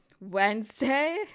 Wednesday